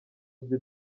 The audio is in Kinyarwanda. bye